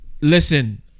Listen